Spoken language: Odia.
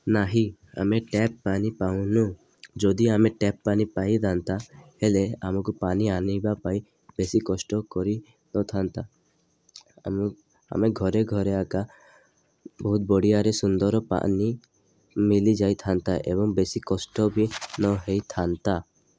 ନାହିଁ ଆମେ ଟ୍ୟାପ ପାନି ପାଉନୁ ଯଦି ଆମେ ଟ୍ୟାପ ପାନି ପାଇଥାନ୍ତା ହେଲେ ଆମକୁ ପାନି ଆନିବା ପାଇଁ ବେଶୀ କଷ୍ଟ କରିନଥାନ୍ତା ଆମ ଆମେ ଘରେ ଘରେ ଆକା ବହୁତ ବଢ଼ିଆରେ ସୁନ୍ଦର ପାନି ମିଲି ଯାଇଥାନ୍ତା ଏବଂ ବେଶୀ କଷ୍ଟ ବି ନ ହେଇଥାନ୍ତା